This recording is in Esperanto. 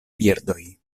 birdoj